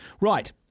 Right